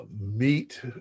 meet